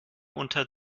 unter